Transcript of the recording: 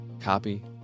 copy